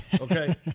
Okay